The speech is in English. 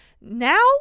now